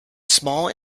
small